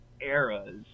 eras